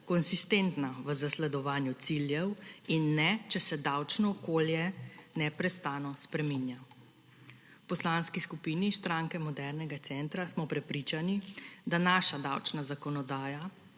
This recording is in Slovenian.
konsistentna v zasledovanju ciljev in ne, če se davčno okolje neprestano spreminja. V Poslanski skupini Stranke modernega centra smo prepričani, da naša davčna zakonodaja